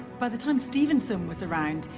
by the time stevenson was around,